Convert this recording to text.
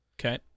Okay